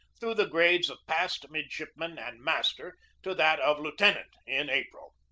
through the grades of passed midshipman and master to that of lieu tenant, in april.